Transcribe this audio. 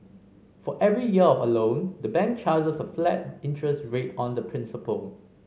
for every year of a loan the bank charges a flat interest rate on the principal